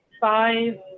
five